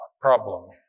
problem